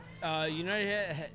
United